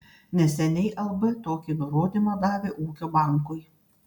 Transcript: neseniai lb tokį nurodymą davė ūkio bankui